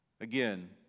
Again